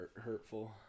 hurtful